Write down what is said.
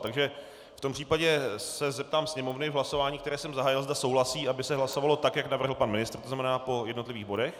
V tom případě se zeptám Sněmovny v hlasování, které jsem zahájil, zda souhlasí, aby se hlasovalo tak, jak navrhl pan ministr, to znamená po jednotlivých bodech.